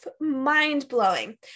mind-blowing